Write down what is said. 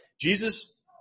Jesus